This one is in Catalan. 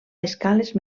escales